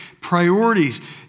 priorities